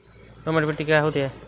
दोमट मिट्टी क्या होती हैं?